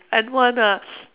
and one ah